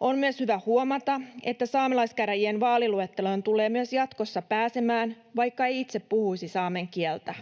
On myös hyvä huomata, että saamelaiskäräjien vaaliluetteloon tulee myös jatkossa pääsemään, vaikka ei itse puhuisi saamen kieltä.